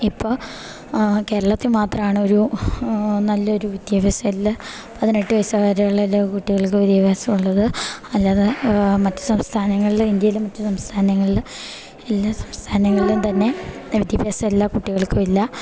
ഇപ്പൊ കേരളത്തി മാത്രാണൊരു നല്ലൊരു വിദ്യാഭ്യാസെല്ലാ പതിനെട്ട് വയസ്സ് വരെയെല്ലാ കുട്ടികൾക്ക് വിദ്യാഭ്യാസൊള്ളത് അല്ലാതെ മറ്റ് സംസ്ഥാനങ്ങൾല് ഇന്ത്യയിലെ മറ്റ് സംസ്ഥാനങ്ങൾല് എല്ലാ സംസ്ഥാനങ്ങൾലും തന്നെ വിദ്യാഭ്യാസെല്ലാ കുട്ടികൾക്കും ഇല്ല